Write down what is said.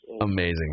Amazing